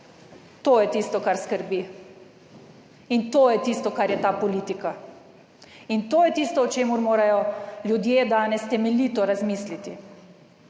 To je tisto, kar skrbi, in to je tisto, kar je ta politika, in to je tisto, o čemer morajo ljudje danes temeljito razmisliti.